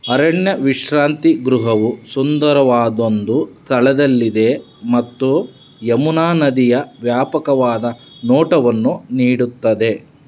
ಅರಣ್ಯ ವಿಶ್ರಾಂತಿ ಗೃಹವು ಸುಂದರವಾದೊಂದು ಸ್ಥಳದಲ್ಲಿದೆ ಮತ್ತು ಯಮುನಾ ನದಿಯ ವ್ಯಾಪಕವಾದ ನೋಟವನ್ನು ನೀಡುತ್ತದೆ